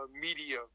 media